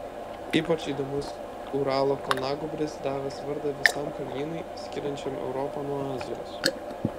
ypač įdomus uralo kalnagūbris davęs vardą visam kalnynui skiriančiam europą nuo azijos